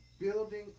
Building